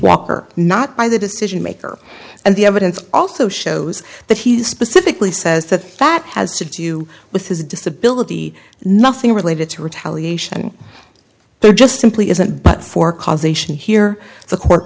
walker not by the decision maker and the evidence also shows that he specifically says that that has to do with his disability nothing related to retaliation there just simply isn't but for causation here the court